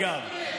אגב,